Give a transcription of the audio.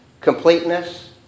completeness